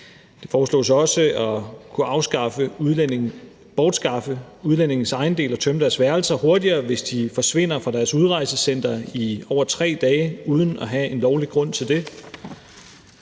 Det foreslås også at kunne bortskaffe udlændinges ejendele og tømme deres værelser hurtigere, hvis de forsvinder fra deres udrejsecenter i over 3 dage uden at have en lovlig grund til det.